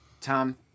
Tom